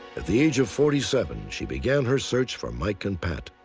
at the age of forty seven, she began her search for mike and pat.